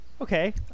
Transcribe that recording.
Okay